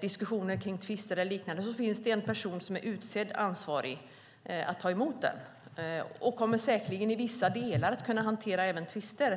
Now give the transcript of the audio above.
diskussioner kring tvister eller liknande finns det en person som är utsedd som ansvarig för att ta emot en delgivning och kommer säkerligen i vissa delar att kunna hantera även tvister.